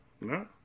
no